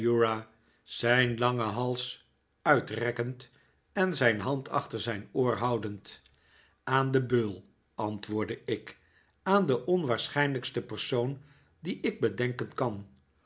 zijn langen hals uitrekkend en zijn hand achter ziijn oor houdend aan den beul antwoordde ik aan den onwaarschijnlijksten persoon dien ik bedenken kan